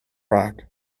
rock